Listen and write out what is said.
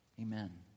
Amen